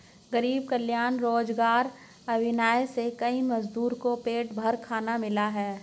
गरीब कल्याण रोजगार अभियान से कई मजदूर को पेट भर खाना मिला है